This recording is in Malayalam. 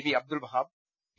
V Abdul Wahab P